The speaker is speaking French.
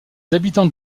habitants